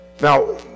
Now